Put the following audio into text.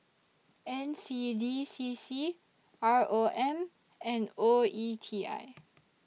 N C D C C R O M and O E T I